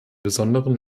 besonderen